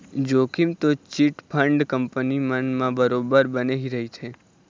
जोखिम तो chit fund company मन म बरोबर बने ही रहिथे